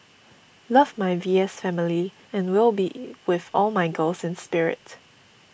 love my V S family and will be with all my girls in spirit